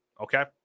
Okay